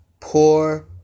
poor